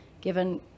given